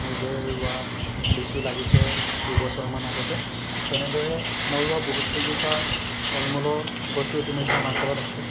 নিজে ৰুৱা লিচু লাগিছে দুবছৰমান আগতে তেনেদৰে মই ৰুৱা বহুত কেইজোপা ফল মূলৰ গছো ইতিমধ্যে আমাৰ ঘৰত আছে